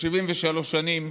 ב-73 שנים,